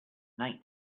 night